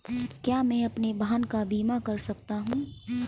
क्या मैं अपने वाहन का बीमा कर सकता हूँ?